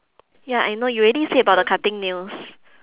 ya I know you already say about the cutting nails